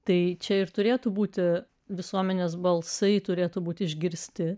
tai čia ir turėtų būti visuomenės balsai turėtų būti išgirsti